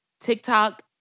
TikTok